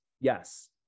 yes